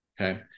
okay